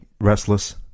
restless